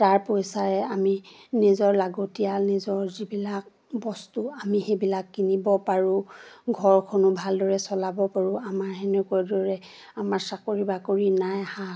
তাৰ পইচাৰে আমি নিজৰ লাগতিয়াল নিজৰ যিবিলাক বস্তু আমি সেইবিলাক কিনিব পাৰোঁ ঘৰখনো ভালদৰে চলাব পাৰোঁ আমাৰ সেনেকৈ দৰে আমাৰ চাকৰি বাকৰি নাই হাঁহ